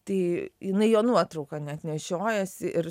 tai jinai jo nuotrauką net nešiojasi ir